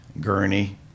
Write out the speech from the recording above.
Gurney